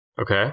Okay